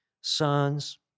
sons